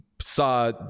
saw